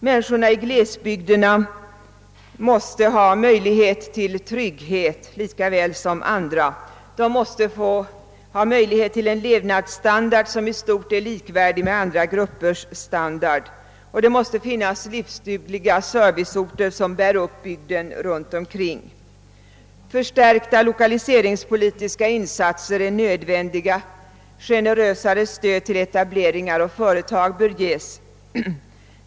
Människorna i glesbygderna måste lika väl som andra kunna känna trygghet inför framtiden och få en levnadsstandard som i stort är likvärdig med andra gruppers. Det måste finnas livsdugliga serviceorter som bär upp bygden runt omkring. Förstärkta lokaliseringspolitiska insatser är nödvändiga, och generösare stöd till etableringar av företag bör ges.